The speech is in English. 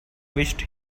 wished